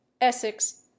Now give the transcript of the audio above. Essex